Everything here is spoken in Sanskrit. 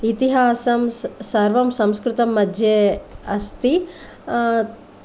इतिहासं स सर्वं संस्कृतं मध्ये अस्ति